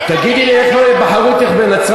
תגידי לי, איך לא בחרו אותך בנצרת?